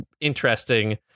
interesting